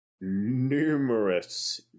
numerous